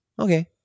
Okay